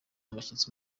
abashyitsi